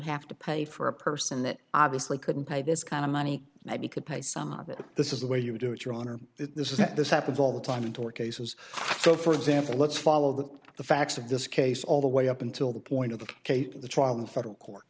have to pay for a person that obviously couldn't pay this kind of money that he could pay some of it this is the way you do it your honor this is that this happens all the time in tort cases so for example let's follow that the facts of this case all the way up until the point of the cape in the trial in the federal court